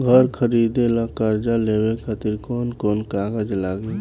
घर खरीदे ला कर्जा लेवे खातिर कौन कौन कागज लागी?